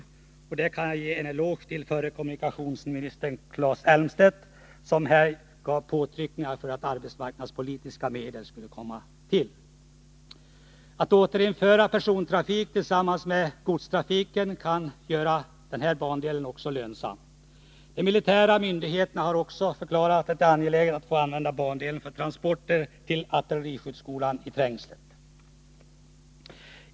I det sammanhanget kan jag ge en eloge till förre kommunikationsministern Claes Elmstedt, som hjälpte till med att arbetsmarknadspolitiska medel skulle tillskjutas. Att återinföra persontrafik tillsammans med godstrafiken kan göra denna bandel lönsam. De militära myndigheterna har också förklarat att det är angeläget att få använda bandelen för transporter till artilleriskjutskolan i Trängslet.